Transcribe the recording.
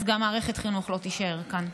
אז גם מערכת חינוך לא תישאר כאן.